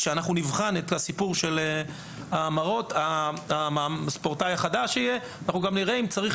כשנבחן את הסיפור של המעמד החדש נראה אם צריך